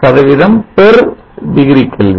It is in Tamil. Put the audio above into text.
34 degree Kelvin